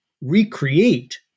recreate